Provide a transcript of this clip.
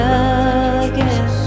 again